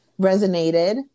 resonated